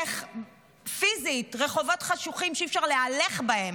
פיזית רחובות חשוכים שאי-אפשר להלך בהם,